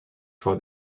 for